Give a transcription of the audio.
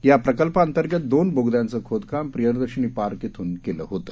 या प्रकल्पाअंतर्गतच्या दोन बोगद्याचं खोदकाम प्रियदर्शनी पार्क इथून केलं होतं